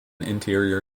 interior